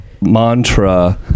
mantra